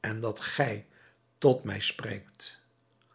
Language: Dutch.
en dat gij tot mij spreekt